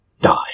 die